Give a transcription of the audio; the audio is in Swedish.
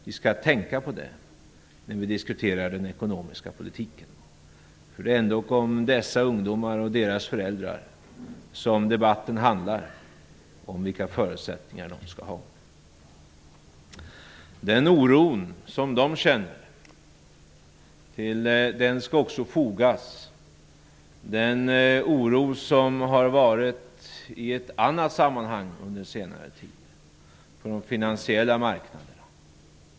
Vi skall tänka på det när vi diskuterar den ekonomiska politiken, för det är ändock om dessa ungdomar och deras föräldrar som debatten handlar, om vilka förutsättningar de skall ha. Till den oro som de känner skall också fogas den oro som har varit i ett annat sammanhang under senare tid, på de finansiella marknaderna.